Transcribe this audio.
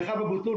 מרחב אבו תלול,